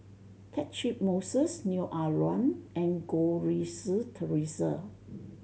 Catchick Moses Neo Ah Luan and Goh Rui Si Theresa